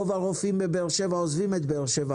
רוב הרופאים בבאר שבע עוזבים את באר שבע,